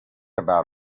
about